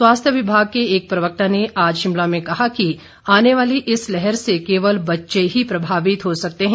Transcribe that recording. स्वास्थ्य विभाग के एक प्रवक्ता ने आज शिमला में कहा कि आने वाली इस लहर से केवल बच्चे ही प्रभावित हो सकते हैं